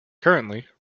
currently